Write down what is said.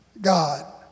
God